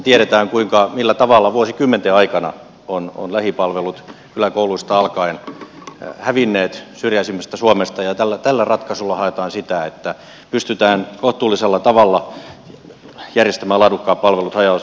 mehän tiedämme millä tavalla vuosikymmenten aikana ovat lähipalvelut kyläkouluista alkaen hävinneet syrjäisimmästä suomesta ja tällä ratkaisulla haetaan sitä että pystytään kohtuullisella tavalla järjestämään laadukkaat palvelut haja asutusalueella